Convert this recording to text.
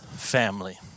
family